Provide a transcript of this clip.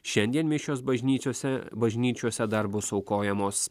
šiandien mišios bažnyčiose bažnyčiose dar bus aukojamos